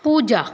पूजा